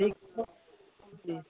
ठीक तो जी